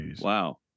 Wow